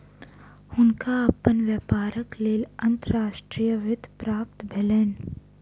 हुनका अपन व्यापारक लेल अंतर्राष्ट्रीय वित्त प्राप्त भेलैन